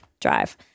drive